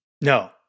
No